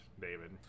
David